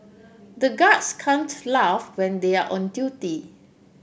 the guards can't laugh when they are on duty